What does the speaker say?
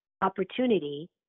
opportunity